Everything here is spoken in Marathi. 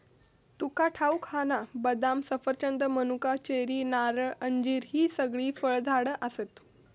तुका ठाऊक हा ना, बदाम, सफरचंद, मनुका, चेरी, नारळ, अंजीर हि सगळी फळझाडा आसत